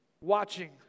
Watching